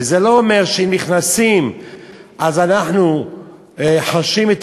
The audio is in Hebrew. וזה לא אומר שאם נכנסים אז אנחנו חשים את